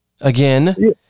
again